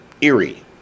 Erie